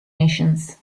nations